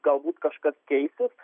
galbūt kažkas keisis